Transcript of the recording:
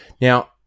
Now